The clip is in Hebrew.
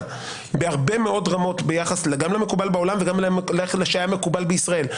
בהרבה מאוד רמות ביחס למקובל בעולם וביחס למה שהיה מקובל בישראל,